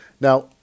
now